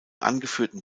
angeführten